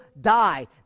die